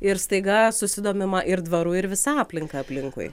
ir staiga susidomima ir dvaru ir visa aplinka aplinkui